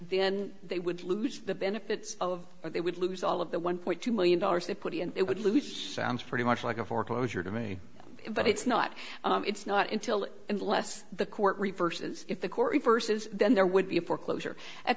then they would lose the benefits of or they would lose all of the one point two million dollars they put it would lose sounds pretty much like a foreclosure to me but it's not it's not until unless the court reverses if the court reverses then there would be a foreclosure at